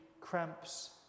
cramps